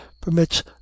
permits